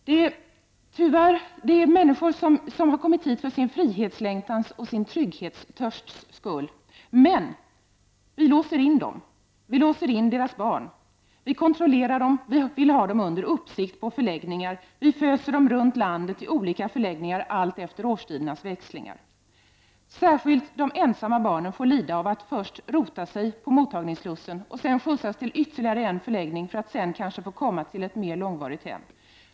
Det är människor som har kommit för sin frihetslängtans och sin trygghetstörsts skull. Men vi låser in dem, låser in deras barn, vi skall kontrollera dem och ha dem under uppsikt på förläggningar. Vi föser dem runt landet i olika förläggningar allt efter årstidernas växlingar. Särskilt de ensamma barnen får lida av att först rota sig på mottagningsslussen och sedan skjutsas till ytterligare en förläggning för att sedan kanske få komma till ett mer långvarigt hem.